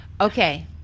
Okay